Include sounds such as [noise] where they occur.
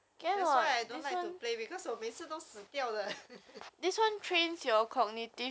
that's why I don't like to play because 我每次都死掉的 [laughs]